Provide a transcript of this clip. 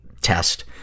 test